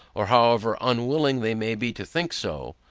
or however unwilling they may be to think so,